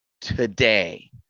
today